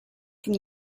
from